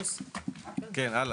כן, הלאה.